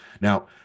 Now